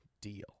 deal